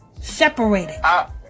Separated